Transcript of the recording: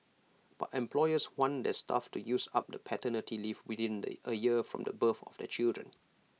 but employers want their staff to use up the paternity leave within A year from the birth of their children